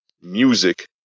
music